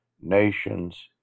Nations